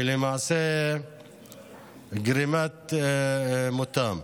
ולמעשה גרימת מותם.